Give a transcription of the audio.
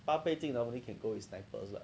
八倍镜 normally can go with snipers lah